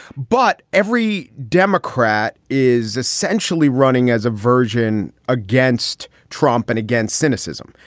but every democrat is essentially running as a virgin against trump and against cynicism.